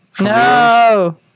No